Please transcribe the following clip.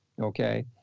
okay